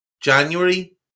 January